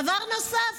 דבר נוסף,